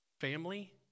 family